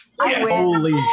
Holy